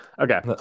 Okay